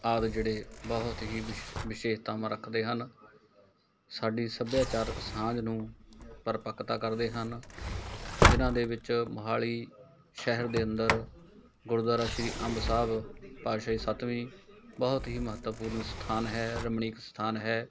ਆਦਿ ਜਿਹੜੇ ਬਹੁਤ ਹੀ ਵਿਸ਼ ਵਿਸ਼ੇਸ਼ਤਾਵਾਂ ਰੱਖਦੇ ਹਨ ਸਾਡੀ ਸੱਭਿਆਚਾਰਕ ਸਾਂਝ ਨੂੰ ਪਰਪੱਕਤਾ ਕਰਦੇ ਹਨ ਜਿਨ੍ਹਾਂ ਦੇ ਵਿੱਚ ਮੋਹਾਲੀ ਸ਼ਹਿਰ ਦੇ ਅੰਦਰ ਗੁਰਦੁਆਰਾ ਸ਼੍ਰੀ ਅੰਬ ਸਾਹਿਬ ਪਾਤਸ਼ਾਹੀ ਸੱਤਵੀਂ ਬਹੁਤ ਹੀ ਮਹੱਤਵਪੂਰਨ ਸਥਾਨ ਹੈ ਰਮਣੀਕ ਸਥਾਨ ਹੈ